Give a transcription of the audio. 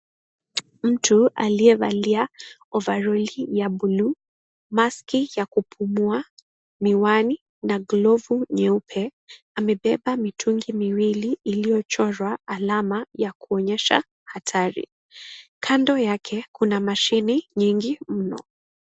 Mtu aliyevalia ovaroli ya buluu, maski ya kupumua, miwani na glovu nyeupe, amebeba mitungi miwili iliyochorwa alama ya kuonyesha hatari. Kando yake, kuna mashine nyingi mno.